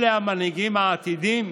אלה המנהיגים העתידיים?